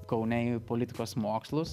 kaune į politikos mokslus